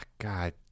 God